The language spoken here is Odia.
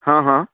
ହଁ ହଁ